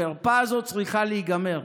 החרפה הזאת צריכה להיגמר,